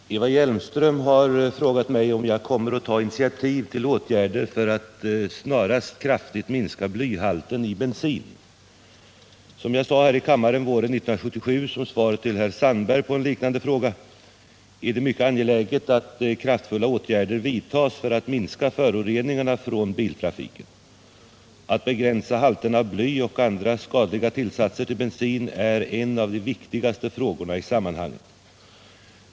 Herr talman! Eva Hjelmström har frågat mig om jag kommer att ta initiativ till åtgärder för att snarast kraftigt minska blyhalten i bensin. Som jag sade här i kammaren våren 1977 som svar till herr Torsten Sandberg på en liknande fråga är det mycket angeläget att kraftfulla åtgärder vidtas för att minska föroreningarna från biltrafiken. Att begränsa halterna av bly och andra skadliga tillsatser till bensin är en av de viktigaste frågorna i sammanhanget.